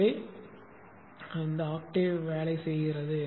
எனவே ஆக்டேவ் வேலை செய்கிறது